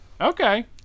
Okay